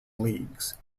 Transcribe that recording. leagues